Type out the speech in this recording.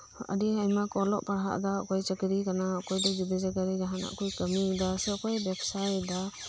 ᱟᱹᱰᱤ ᱟᱭᱢᱟᱠᱩ ᱚᱞᱚᱜ ᱯᱟᱲᱦᱟᱜ ᱫᱟ ᱚᱠᱚᱭ ᱪᱟᱹᱠᱨᱤ ᱠᱟᱱᱟ ᱚᱠᱚᱭ ᱫᱚ ᱡᱩᱫᱟᱹ ᱡᱟᱭᱜᱟᱨᱮ ᱡᱟᱦᱟᱱᱟᱜ ᱠᱩᱭ ᱠᱟᱹᱢᱤᱭᱮᱫᱟ ᱥᱮ ᱚᱠᱚᱭᱮ ᱵᱮᱯᱥᱟᱭᱮᱫᱟ